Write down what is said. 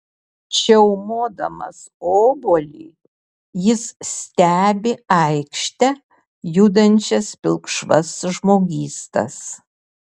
čiaumodamas obuolį jis stebi aikšte judančias pilkšvas žmogystas